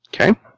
Okay